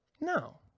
No